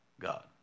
God